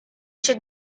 się